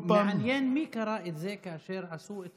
מעניין מי קרא את זה כאשר עשו את